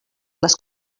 les